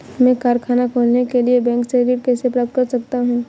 मैं कारखाना खोलने के लिए बैंक से ऋण कैसे प्राप्त कर सकता हूँ?